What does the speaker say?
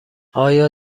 آیا